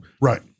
Right